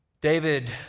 David